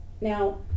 Now